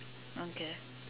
okay